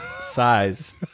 size